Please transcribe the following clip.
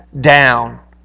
down